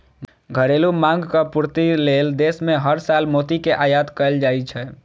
घरेलू मांगक पूर्ति लेल देश मे हर साल मोती के आयात कैल जाइ छै